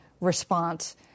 response